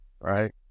Right